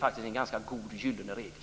Det är en gyllene regel.